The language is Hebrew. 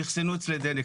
שאחסנו אצלנו דלק,